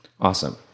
Awesome